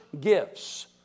gifts